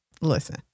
Listen